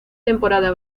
temporada